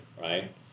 right